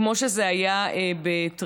כמו שזה היה בטריפולי,